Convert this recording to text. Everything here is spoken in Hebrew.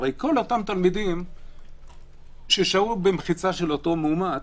הרי כל אותם תלמידים ששהו במחיצה של אותו מאומת,